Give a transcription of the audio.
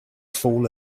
fall